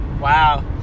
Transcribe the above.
Wow